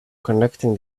connecting